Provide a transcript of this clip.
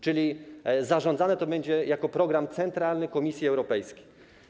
Czyli zarządzane to będzie jako program centralny Komisji Europejskiej.